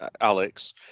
Alex